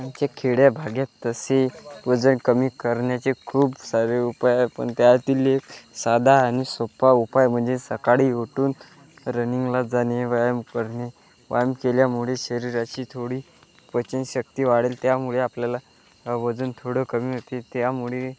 आमच्या खेड्याभागात तसे वजन कमी करण्याचे खूप सारे उपाय पण त्यातील एक साधा आणि सोप्पा उपाय म्हणजे सकाळी उठून रनिंगला जाणे व्यायाम करणे व्यायाम केल्यामुळे शरीराची थोडी पचनशक्ती वाढेल त्यामुळे आपल्याला वजन थोडं कमी होते त्यामुळे